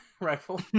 rifle